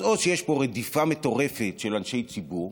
אז או שיש פה רדיפה מטורפת של אנשי ציבור,